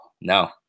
no